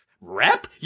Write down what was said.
rep